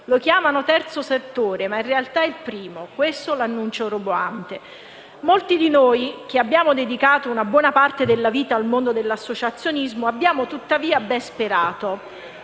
Lo chiamano terzo settore, ma in realtà è il primo». Questo è l'annuncio roboante. Molti di noi che abbiamo dedicato una buona parte della vita al mondo dell'associazionismo abbiamo tuttavia ben sperato,